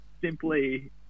simply